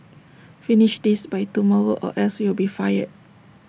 finish this by tomorrow or else you will be fired